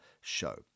show